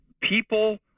people